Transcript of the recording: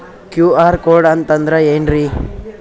QR code ಅಂತಂದ್ರ ಏನ್ರೀ?